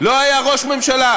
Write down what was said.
על מה, לא היה ראש ממשלה.